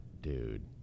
dude